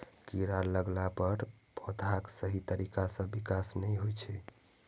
कीड़ा लगला पर पौधाक सही तरीका सं विकास नै होइ छै